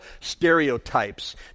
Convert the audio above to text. stereotypes